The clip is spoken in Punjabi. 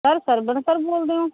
ਸਰ ਸਰਵਣ ਸਰ ਬੋਲਦੇ ਹੋ